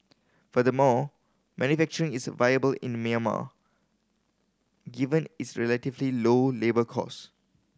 furthermore manufacturing is viable in Myanmar given its relatively low labour cost